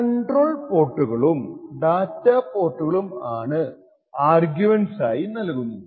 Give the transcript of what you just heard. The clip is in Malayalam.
കൺട്രോൾ പോർട്ടുകളും ഡാറ്റാ പോർട്ടുകളും ആണ് ആർഗ്യുമെന്റ്സ് ആയി നൽകുന്നത്